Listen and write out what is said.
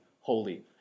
holy